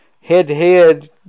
Head-to-head